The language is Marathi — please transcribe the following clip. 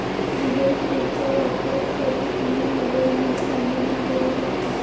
गुगल पेचा वापर करून तुम्ही मोबाईल, वीज, पाणी बिल भरू शकता